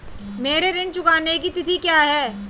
मेरे ऋण चुकाने की तिथि क्या है?